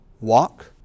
walk